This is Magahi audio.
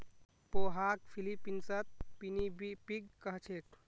पोहाक फ़िलीपीन्सत पिनीपिग कह छेक